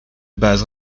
base